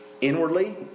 Inwardly